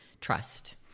trust